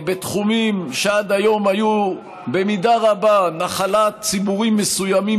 בתחומים שעד היום היו במידה רבה נחלת ציבורים מסוימים